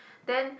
then